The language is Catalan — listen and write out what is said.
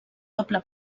doble